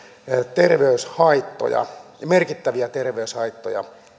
terveyshaittoja merkittäviä terveyshaittoja